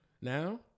Now